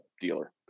dealer